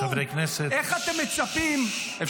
איך אתם מצפים --- חברי הכנסת.